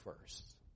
first